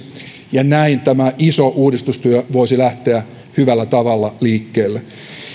ja näin tämä iso uudistustyö voisi lähteä hyvällä tavalla liikkeelle